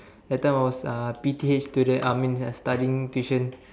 that time I was uh P_T_H student I mean uh studying tuition